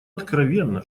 откровенно